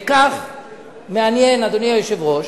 וכך, מעניין, אדוני היושב-ראש,